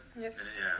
Yes